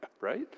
Right